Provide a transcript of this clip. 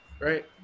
Right